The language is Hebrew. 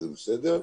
וזה בסדר.